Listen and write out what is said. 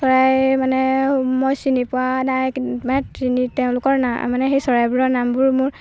চৰাই মানে মই চিনি পোৱা নাই কিন্তু মানে চিনি তেওঁলোকৰ নাম মানে সেই চৰাইবোৰৰ নামবোৰ মোৰ